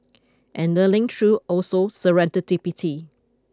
and learning through also serendipity